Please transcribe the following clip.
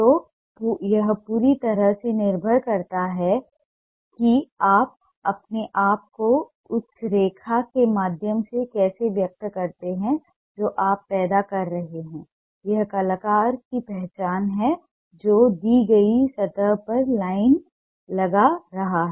तो यह पूरी तरह से निर्भर करता है कि आप अपने आप को उस रेखा के माध्यम से कैसे व्यक्त करते हैं जो आप पैदा कर रहे हैं यह कलाकार की पहचान है जो दी गई सतह पर लाइन लगा रहा है